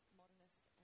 modernist